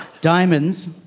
diamonds